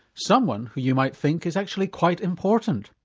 someone who you might think is actually quite important,